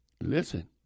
listen